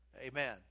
Amen